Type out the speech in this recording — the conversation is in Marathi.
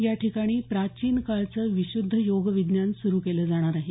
या ठिकाणी प्राचीन काळचं विशुद्ध योग विज्ञान सुरू केलं जाणार आहे